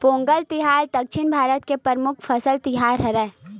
पोंगल तिहार दक्छिन भारत के परमुख फसल तिहार हरय